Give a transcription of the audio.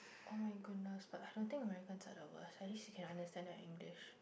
oh-my-goodness but I don't think Americans are the worse at least you can understand their English